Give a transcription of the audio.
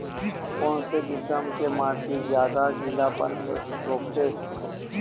कोन से किसम के माटी ज्यादा गीलापन रोकथे?